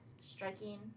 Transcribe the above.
striking